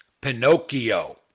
Pinocchio